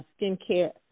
skincare